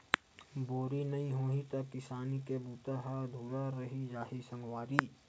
बोरी नइ होही त किसानी के बूता ह अधुरा रहि जाही सगवारी